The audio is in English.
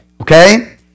Okay